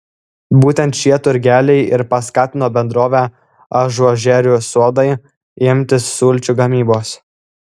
būtent šie turgeliai ir paskatino bendrovę ažuožerių sodai imtis sulčių gamybos